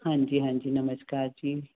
ਹਾਂਜੀ ਹਾਂਜੀ ਨਮਸਕਾਰ ਜੀ